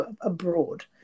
abroad